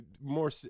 more